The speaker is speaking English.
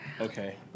Okay